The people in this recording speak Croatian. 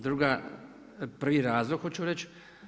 Druga, prvi razlog hoću reći.